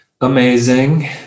amazing